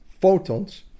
photons